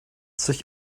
sich